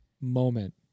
moment